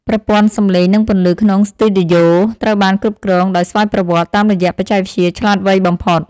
ប្រព័ន្ធសំឡេងនិងពន្លឺក្នុងស្ទូឌីយោត្រូវបានគ្រប់គ្រងដោយស្វ័យប្រវត្តិតាមរយៈបច្ចេកវិទ្យាឆ្លាតវៃបំផុត។